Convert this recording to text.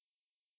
uh